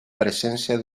presència